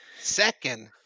Second